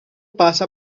pasa